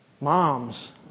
Moms